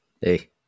Hey